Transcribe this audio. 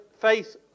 faith